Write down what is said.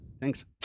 Thanks